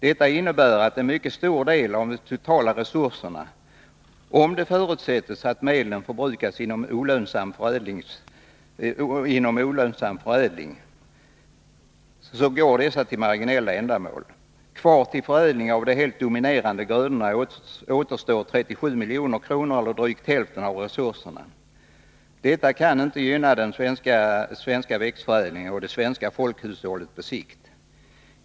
Detta innebär att en mycket stor del av de totala resurserna — om det förutsätts att medlen förbrukas inom olönsam förädling — går till marginella ändamål. Kvar till förädling av de helt dominerande grödorna återstår 37 milj.kr., eller drygt hälften av resurserna. Detta kan inte gagna den svenska växtförädlingen och det svenska folkhushållet på sikt.